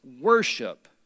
worship